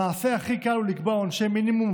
המעשה הכי קל הוא לקבוע עונשי מינימום,